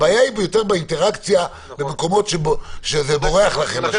הבעיה היא יותר באינטראקציה במקומות שזה בורח לכם.